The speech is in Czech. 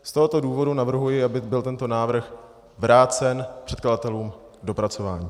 Z tohoto důvodu navrhuji, aby byl tento návrh vrácen předkladatelům k dopracování.